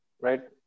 Right